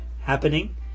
happening